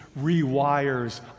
rewires